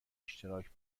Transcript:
اشتراک